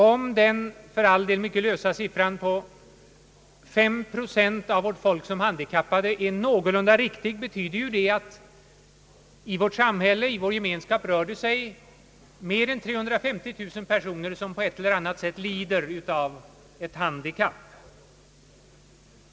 Om fem procent av vårt folk — för all del en mycket lös siffra — kan betecknas som handikappade, betyder det ju att i vår samhällsegemenskap finns mer än 350 000 personer som på ett eller annat sätt lider av ett handikapp.